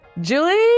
Julie